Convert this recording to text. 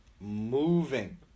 moving